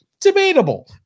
Debatable